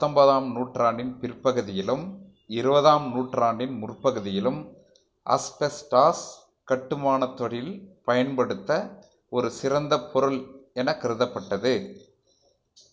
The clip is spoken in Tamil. பத்தொன்பதாம் நூற்றாண்டின் பிற்பகுதியிலும் இருபதாம் நூற்றாண்டின் முற்பகுதியிலும் அஸ்பெஸ்டாஸ் கட்டுமானத் தொழிலில் பயன்படுத்த ஒரு சிறந்த பொருள் எனக் கருதப்பட்டது